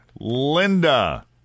Linda